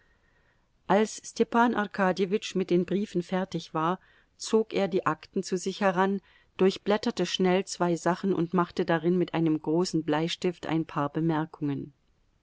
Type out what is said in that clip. als stepan arkadjewitsch mit den briefen fertig war zog er die akten zu sich heran durchblätterte schnell zwei sachen und machte darin mit einem großen bleistift ein paar bemerkungen